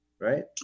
right